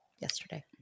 yesterday